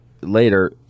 later